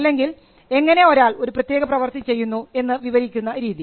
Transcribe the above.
അല്ലെങ്കിൽ എങ്ങനെ ഒരാൾ ഒരു പ്രത്യേക പ്രവർത്തി ചെയ്യുന്നു എന്ന് വിവരിക്കുന്ന രീതി